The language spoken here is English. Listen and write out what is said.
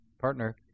partner